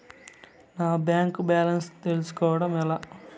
నా bank balance తెలుస్కోవడం ఎలా?